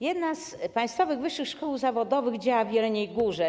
Jedna z państwowych wyższych szkół zawodowych działa w Jeleniej Górze.